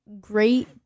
great